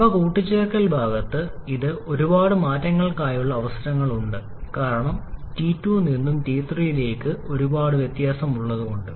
താപ കൂട്ടിച്ചേർക്കൽ ഭാഗത്ത് ഇത് ഒരുപാട് മാറ്റങ്ങൾ ക്കായുള്ള ഉള്ള അവസരങ്ങൾ ഉണ്ട് കാരണം T2 നിന്നും T3 ലേക്ക് ഒരുപാട് വ്യത്യാസം ഉള്ളതുകൊണ്ട്